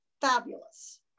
fabulous